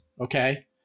okay